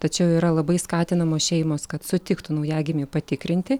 tačiau yra labai skatinamos šeimos kad sutiktų naujagimį patikrinti